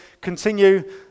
continue